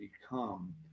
become